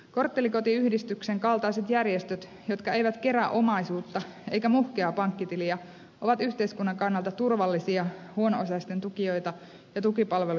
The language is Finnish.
korttelikotiyhdistyksen kaltaiset järjestöt jotka eivät kerää omaisuutta eivätkä muhkeaa pankkitiliä ovat yhteiskunnan kannalta turvallisia huono osaisten tukijoita ja tukipalvelujen tuottajia